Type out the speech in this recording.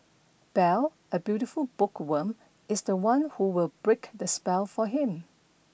Belle a beautiful bookworm is the one who will break the spell for him